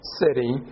city